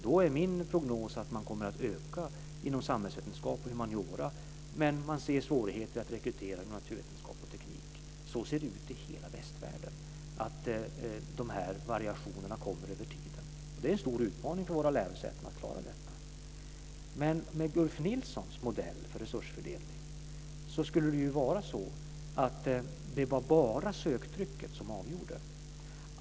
Då är min prognos att man kommer att öka inom samhällsvetenskap och humaniora men ser svårigheter att rekrytera inom naturvetenskap och teknik. Så ser det ut i hela västvärlden; de här variationerna kommer över tiden. Det är en stor utmaning för våra lärosäten att klara detta. Med Ulf Nilssons modell för resursfördelning skulle det ju vara bara sökandetrycket som avgjorde.